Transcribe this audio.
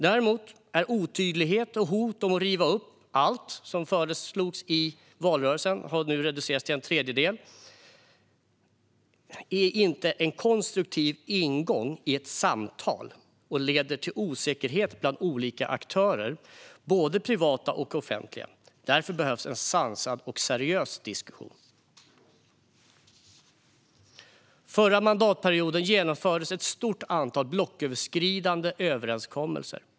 Däremot är otydlighet och hot om att riva upp allt, så som föreslogs i valrörelsen även om det nu har reducerats till en tredjedel, inte en konstruktiv ingång till samtal utan leder till osäkerhet bland olika aktörer, både privata och offentliga. Därför behövs en sansad och seriös diskussion. Under förra mandatperioden genomfördes ett stort antal blocköverskridande överenskommelser.